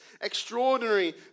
extraordinary